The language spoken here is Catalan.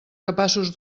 capaços